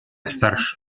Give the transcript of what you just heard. старше